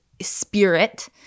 spirit